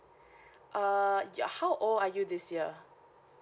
err y~ how old are you this year